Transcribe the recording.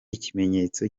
ikimenyetso